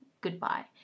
goodbye